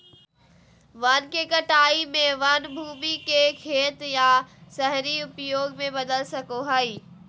वन के कटाई में वन भूमि के खेत या शहरी उपयोग में बदल सको हइ